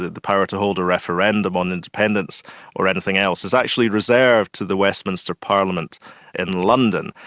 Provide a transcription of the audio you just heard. the the power to hold a referendum on independence or anything else, is actually reserved to the westminster parliament in london.